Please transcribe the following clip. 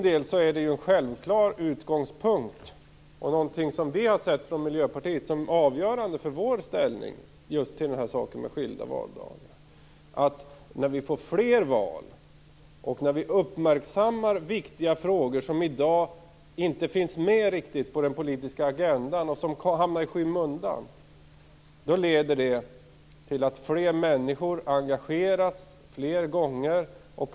Det är för mig en självklar utgångspunkt, som vi från Miljöpartiet har sett som avgörande för vårt ställningstagande till skilda valdagar, att när vi får fler val och uppmärksammar viktiga frågor som i dag inte riktigt finns med på den politiska agendan och som hamnar i skymundan engageras fler människor vid fler tillfällen.